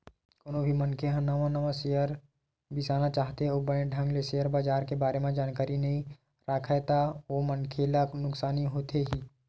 कोनो भी मनखे ह नवा नवा सेयर बिसाना चाहथे अउ बने ढंग ले सेयर बजार के बारे म जानकारी नइ राखय ता ओ मनखे ला नुकसानी होथे ही